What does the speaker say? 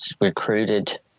recruited